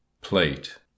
plate